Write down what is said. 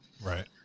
Right